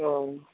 हँ